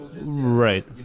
right